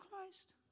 Christ